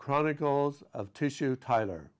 chronicles of tissue tyler